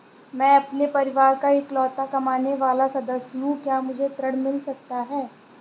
मैं अपने परिवार का इकलौता कमाने वाला सदस्य हूँ क्या मुझे ऋण मिल सकता है?